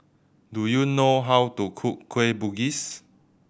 do you know how to cook Kueh Bugis